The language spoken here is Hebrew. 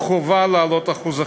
חובה להעלות את אחוז החסימה.